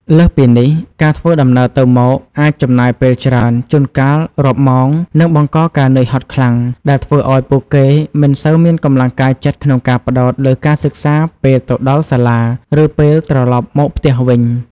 លើសពីនេះ ការធ្វើដំណើរទៅមកអាចចំណាយពេលច្រើន ជួនកាលរាប់ម៉ោង និងបង្កការនឿយហត់ខ្លាំង ដែលធ្វើឱ្យពួកគេមិនសូវមានកម្លាំងកាយចិត្តក្នុងការផ្តោតលើការសិក្សាពេលទៅដល់សាលា ឬពេលត្រឡប់មកផ្ទះវិញ។